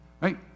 Right